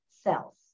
cells